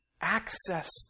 access